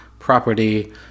property